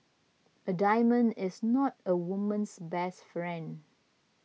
a diamond is not a woman's best friend